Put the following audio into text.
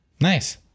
Nice